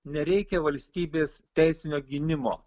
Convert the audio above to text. nereikia valstybės teisinio gynimo